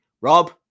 Rob